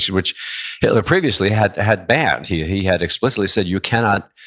which hitler previously had had banned. he he had explicitly said you cannot,